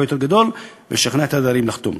יותר גדול ולשכנע את הדיירים לחתום.